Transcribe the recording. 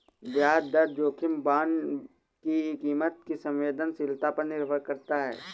ब्याज दर जोखिम बांड की कीमत की संवेदनशीलता पर निर्भर करता है